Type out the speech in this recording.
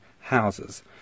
houses